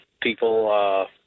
People –